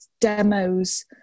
demos